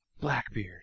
Blackbeard